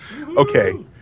Okay